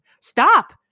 Stop